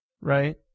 right